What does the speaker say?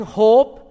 hope